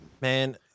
Man